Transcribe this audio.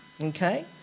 okay